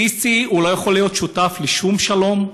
סיסי לא יכול להיות שותף לשום שלום.